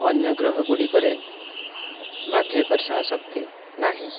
ଅନ୍ୟ ଗ୍ରହ ଗୁଡ଼ିକରେ ମାଧ୍ୟାକର୍ଷଣ ଶକ୍ତି ନାହିଁ